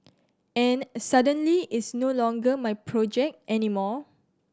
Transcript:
and suddenly it's no longer my project anymore